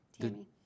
Tammy